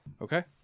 Okay